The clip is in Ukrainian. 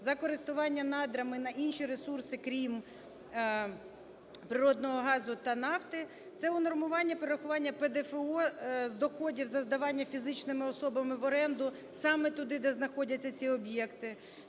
за користування надрами на інші ресурси, крім природного газу та нафти. Це унормування перерахування ПДФО з доходів за здавання фізичними особами в оренду саме туди, де знаходяться ці об'єкти,